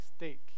mistake